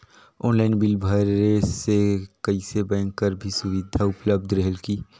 Online bill भरे से कइसे बैंक कर भी सुविधा उपलब्ध रेहेल की?